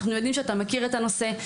אנחנו יודעים שאתה מכיר את הנושא,